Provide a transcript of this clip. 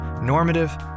normative